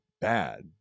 bad